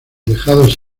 dejados